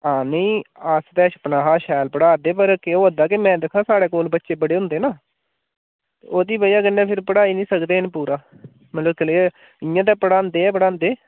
हां नेईं अस ते अपने शा शैल पढ़ा दे पर केह् होआ दा के मैं दिक्खो साढ़े कोल बच्चे बड़े होंदे न ओह्दी बजह् कन्नै फिर पढ़ाई नी सकदे पूरा मतलब क्लेयर इ'यां ते पढ़ांदे ऐ पढ़ांदे